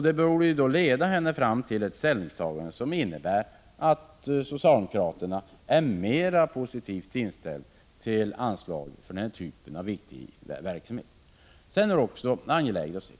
Detta borde leda fram till ett ställningstagande som innebär att socialdemokraterna är mera positivt inställda till anslag för denna viktiga typ av verksamhet. Herr talman!